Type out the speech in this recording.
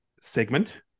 segment